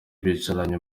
bicaranye